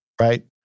right